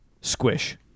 Squish